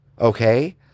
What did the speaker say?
Okay